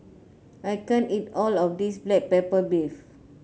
I can't eat all of this Black Pepper Beef